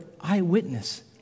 eyewitness